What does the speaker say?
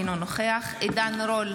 אינו נוכח עידן רול,